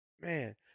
Man